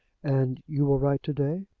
and you will write to-day?